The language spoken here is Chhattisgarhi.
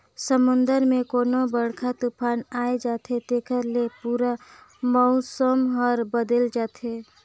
समुन्दर मे कोनो बड़रखा तुफान आये जाथे तेखर ले पूरा मउसम हर बदेल जाथे